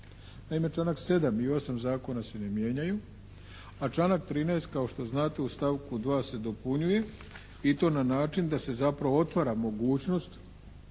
Naime, članak 7. i 8. zakona se ne mijenjaju, a članak 13. kao što znate u stavku 2. se dopunjuje i to na način da se zapravo otvara mogućnost